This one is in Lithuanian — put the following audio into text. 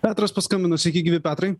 petras paskambino sveiki gyvi petrai